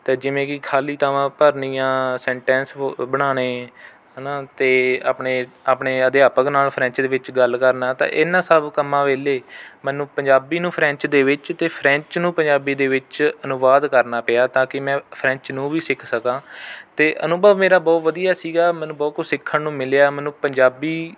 ਅਤੇ ਜਿਵੇਂ ਕਿ ਖਾਲੀ ਥਾਵਾਂ ਭਰਨੀਆਂ ਸੰਨਟੈਂਸ ਬ ਬਣਾਉਣੇ ਹੈ ਨਾ ਅਤੇ ਆਪਣੇ ਆਪਣੇ ਅਧਿਆਪਕ ਨਾਲ਼ ਫਰੈਂਚ ਦੇ ਵਿੱਚ ਗੱਲ ਕਰਨਾ ਅਤੇ ਇਨ੍ਹਾਂ ਸਭ ਕੰਮਾਂ ਵੇਲੇ ਮੈਨੂੰ ਪੰਜਾਬੀ ਨੂੰ ਫਰੈਂਚ ਦੇ ਵਿੱਚ ਅਤੇ ਫਰੈਂਚ ਨੂੰ ਪੰਜਾਬੀ ਦੇ ਵਿੱਚ ਅਨੁਵਾਦ ਕਰਨਾ ਪਿਆ ਤਾਂ ਕਿ ਮੈਂ ਫਰੈਂਚ ਨੂੰ ਵੀ ਸਿੱਖ ਸਕਾਂ ਅਤੇ ਅਨੁਭਵ ਮੇਰਾ ਬਹੁਤ ਵਧੀਆ ਸੀਗਾ ਮੈਨੂੰ ਬਹੁਤ ਕੁਛ ਸਿੱਖਣ ਨੂੰ ਮਿਲਿਆ ਮੈਨੂੰ ਪੰਜਾਬੀ